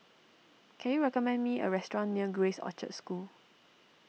can you recommend me a restaurant near Grace Orchard School